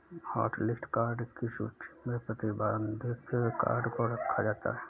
hotlist card की सूची में प्रतिबंधित कार्ड को रखा जाता है